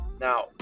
Now